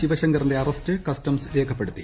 ശിവശങ്കറിന്റെ arrest customs രേഖപ്പെടുത്തി